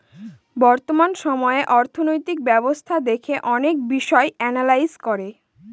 বর্তমান সময়ে অর্থনৈতিক ব্যবস্থা দেখে অনেক বিষয় এনালাইজ করে